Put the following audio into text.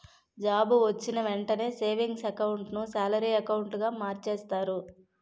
job వొచ్చిన వెంటనే savings account ను సాలరీ అకౌంటుగా మార్చేస్తారు